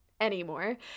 anymore